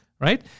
right